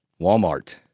Walmart